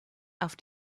auf